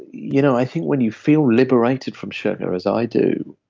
you know i think when you feel liberated from sugar as i do,